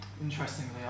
Interestingly